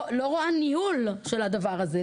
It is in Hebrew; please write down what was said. לא רואה ניהול של הדבר הזה.